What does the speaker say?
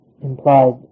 implied